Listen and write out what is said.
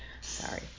Sorry